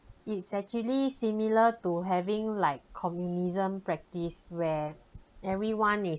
it's actually similar to having like communism practice where everyone is